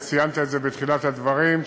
וציינת את זה בתחילת הדברים,